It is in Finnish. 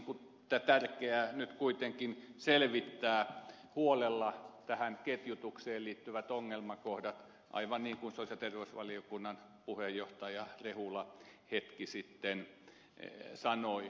nyt on tärkeätä kuitenkin selvittää huolella tähän ketjutukseen liittyvät ongelmakohdat aivan niin kuin sosiaali ja terveysvaliokunnan puheenjohtaja rehula hetki sitten sanoi